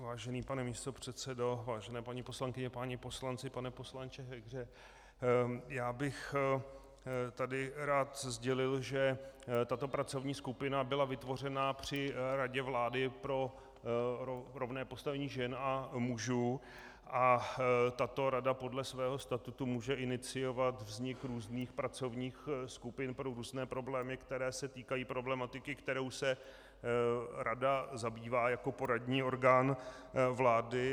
Vážený pane místopředsedo, vážené paní poslankyně, páni poslanci, pane poslanče Hegře, rád bych tady sdělil, že tato pracovní skupina byla vytvořena při Radě vlády pro rovné postavení žen a mužů a tato rada podle svého statutu může iniciovat vznik různých pracovních skupin pro různé problémy, které se týkají problematiky, kterou se rada zabývá jako poradní orgán vlády.